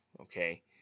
Okay